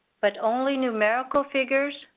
but only numerical figures,